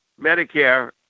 Medicare